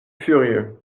furieux